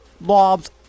lobs